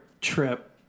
trip